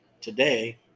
today